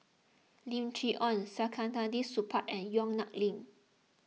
Lim Chee Onn Saktiandi Supaat and Yong Nyuk Lin